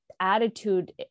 attitude